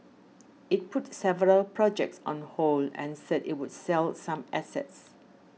it put several projects on hold and said it would sell some assets